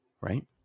Right